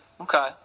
Okay